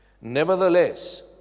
Nevertheless